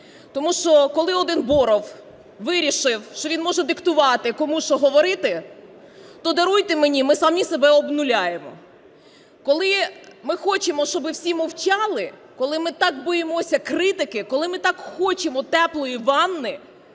Тому що коли один боров вирішив, що він може диктувати кому і що говорити, то, даруйте мені, ми самі себе обнуляємо. Коли ми хочемо, щоби всі мовчали, коли ми так боїмося критики, коли ми так хочемо "теплої ванни",